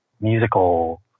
musical